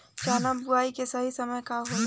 चना बुआई के सही समय का होला?